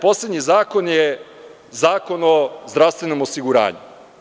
Poslednji zakon je Zakon o zdravstvenom osiguranju.